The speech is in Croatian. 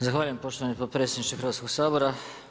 Zahvaljujem poštovani potpredsjedniče Hrvatskog sabora.